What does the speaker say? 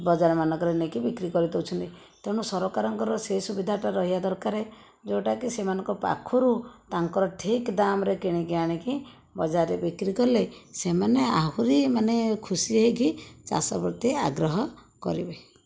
ବଜାରମାନଙ୍କରେ ନେଇକି ବିକ୍ରି କରି ଦେଉଛନ୍ତି ତେଣୁ ସରକାରଙ୍କର ସେହି ସୁବିଧାଟା ରହିବା ଦରକାର ଯେଉଁଟାକି ସେମାନଙ୍କ ପାଖରୁ ତାଙ୍କର ଠିକ୍ ଦାମ୍ରେ କିଣିକି ଆଣିକି ବଜାରରେ ବିକ୍ରି କଲେ ସେମାନେ ଆହୁରି ମାନେ ଖୁସି ହୋଇକି ଚାଷ ପ୍ରତି ଆଗ୍ରହ କରିବେ